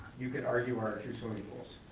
you could argue, are our two swimming pools.